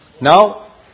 Now